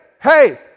hey